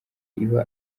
iba